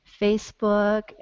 Facebook